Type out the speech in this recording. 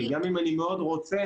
גם אם אני מאוד רוצה,